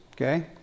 okay